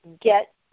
get